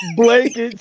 blankets